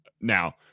now